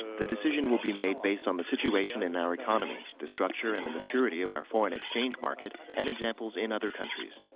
the decision will be made based on the situation in our economy, the structure and the maturity of our foreign exchange market. and examples in other countries.